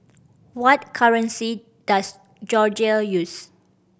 what currency does Georgia use